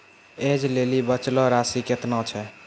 ऐज लेली बचलो राशि केतना छै?